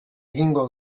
egingo